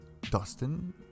dustin